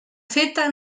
feta